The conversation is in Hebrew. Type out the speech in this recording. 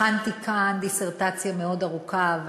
הכנתי כאן דיסרטציה ארוכה מאוד,